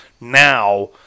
now